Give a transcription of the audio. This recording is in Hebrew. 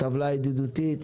טבלה ידידותית,